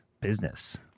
business